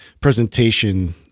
presentation